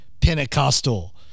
Pentecostal